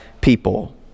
people